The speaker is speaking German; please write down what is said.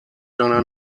deiner